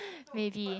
maybe